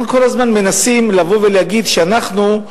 אנחנו כל הזמן מנסים לבוא ולהגיד שאנחנו,